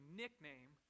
nickname